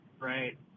Right